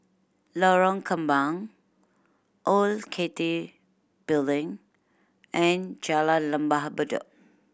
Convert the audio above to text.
Lorong Kembang Old Cathay Building and Jalan Lembah Bedok